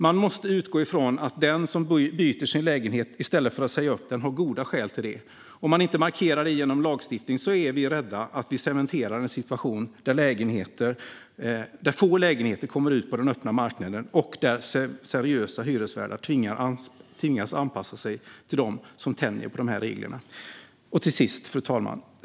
Man måste utgå från att den som byter sin lägenhet i stället för att säga upp den har goda skäl till det. Om man inte markerar det genom lagstiftning är vi rädda att vi cementerar en situation där få lägenheter kommer ut på den öppna marknaden och där seriösa hyresvärdar tvingas anpassa sig till dem som tänjer på reglerna. Fru talman!